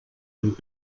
amb